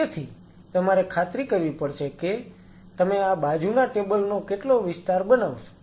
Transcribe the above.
તેથી તમારે ખાતરી કરવી પડશે કે તમે આ બાજુના ટેબલ નો કેટલો વિસ્તાર બનાવશો